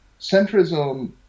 centrism